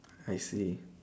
I see